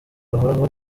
bahoraho